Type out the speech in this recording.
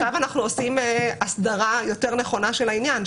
עכשיו אנחנו עושים הסדרה יותר נכונה של העניין.